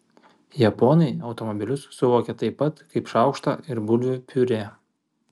japonai automobilius suvokia taip pat kaip šaukštą ir bulvių piurė